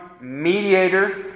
mediator